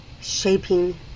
shaping